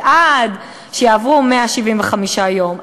כי עד שיעברו 175 יום,